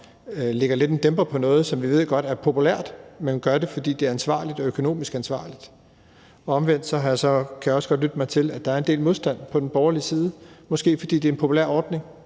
lægger en dæmper på noget, som vi godt ved er populært, men vi gør det, fordi det er økonomisk ansvarligt. Omvendt kan jeg også godt lytte mig til, at der er en del modstand på den borgerlige side, måske fordi det er en populær ordning,